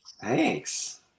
Thanks